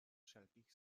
wszelkich